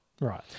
Right